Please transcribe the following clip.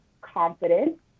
confident